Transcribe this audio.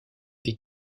des